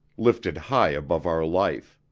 lifted high above our life.